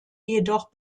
jedoch